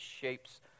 shapes